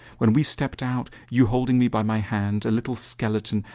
when we stepped out, you holding me by my hand, a little skeleton,